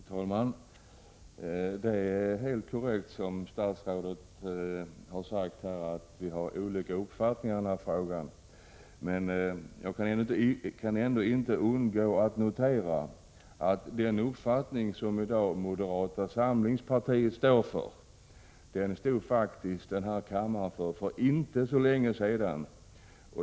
Fru talman! Det är helt korrekt, som statsrådet har sagt, att vi har olika uppfattningar i denna fråga. Jag kan ändå inte undgå att notera att den uppfattning som moderata samlingspartiet i dag representerar, den stod faktiskt denna kammare för rätt nyligen.